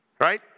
Right